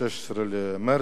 16 במרס,